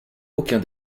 aucun